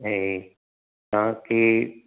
ऐं तव्हां खे